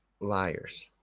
liars